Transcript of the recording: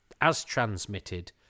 as-transmitted